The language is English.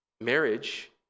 Marriage